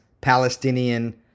Palestinian